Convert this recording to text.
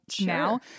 now